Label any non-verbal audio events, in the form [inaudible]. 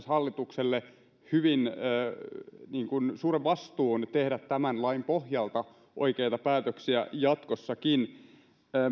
[unintelligible] hallitukselle hyvin suuren vastuun tehdä tämän lain pohjalta oikeita päätöksiä jatkossakin